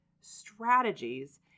strategies